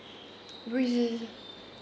which is uh